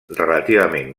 relativament